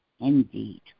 indeed